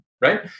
right